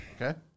Okay